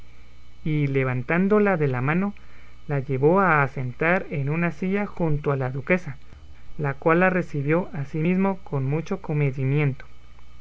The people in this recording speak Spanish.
y levantándola de la mano la llevó a asentar en una silla junto a la duquesa la cual la recibió asimismo con mucho comedimiento